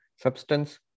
substance